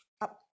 up